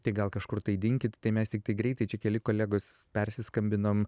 tai gal kažkur tai dinkit tai mes tiktai greitai čia keli kolegos perskambinom